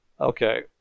okay